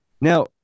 Now